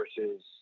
versus